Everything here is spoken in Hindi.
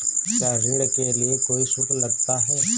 क्या ऋण के लिए कोई शुल्क लगता है?